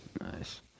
Nice